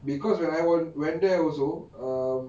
because when I were went there also um